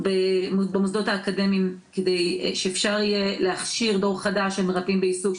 במוסדות אקדמיים כדי שאפשר יהיה להכשיר דור חדש של מרפאים בעיסוק,